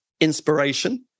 inspiration